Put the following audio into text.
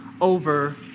over